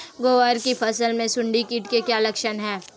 ग्वार की फसल में सुंडी कीट के क्या लक्षण है?